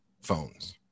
phones